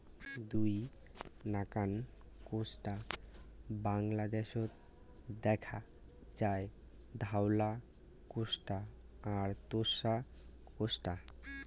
দুই নাকান কোষ্টা বাংলাদ্যাশত দ্যাখা যায়, ধওলা কোষ্টা আর তোষা কোষ্টা